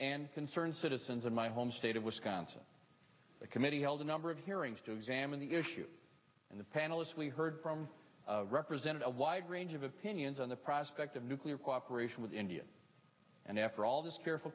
and concerned citizens in my home state of wisconsin the committee held a number of hearings to examine the issue and the panelists we heard from represented a wide range of opinions on the prospect of nuclear cooperation with india and after all this careful